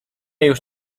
już